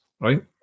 right